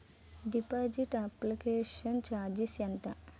Deposit application charges ఎంత?